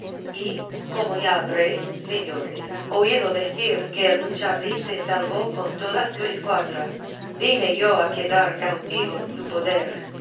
y como ya habréis señores oído decir que el uchalí se salvó con toda su escuadra vine yo a quedar cautivo en su poder